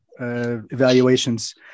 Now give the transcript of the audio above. Evaluations